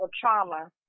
trauma